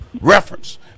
reference